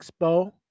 Expo